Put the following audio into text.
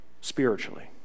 spiritually